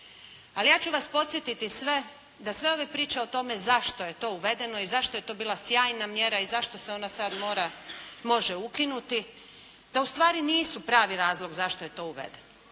Ali ja ću vas podsjetiti sve da sve ove priče o tome zašto je to uvedeno i zašto je to bila sjajna mjera i zašto se ona sad može ukinuti da ustvari nisu pravi razlog zašto je to uvedeno.